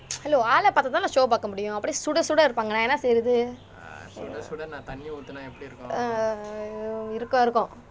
hello ஆளை பார்த்தா தான் நான்:aalai paarthaa thaan naan show பார்க்க முடியும் அப்படி சுட சுடன்னு இருப்பாங்க நான் என்ன செய்றது இருக்கும் இருக்கும்:paarkka appadi suda sudanu iruppaanga naan enna seyrathu irukkum irukkum